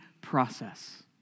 process